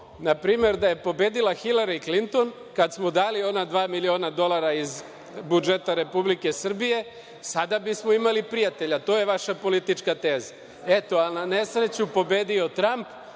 npr. da je pobedila Hilari Klinton, kad smo dali ona dva miliona dolara iz budžeta Republike Srbije, sada bismo imali prijatelja, to je vaša politička teza. Eto, na nesreću pobedio Tramp,